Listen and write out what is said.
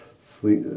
sleep